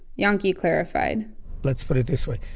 yanki clarified let's put it this way,